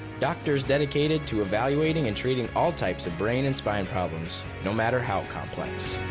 doctors dedicated to evaluating and treating all types of brain and spine problems, no matter how complex.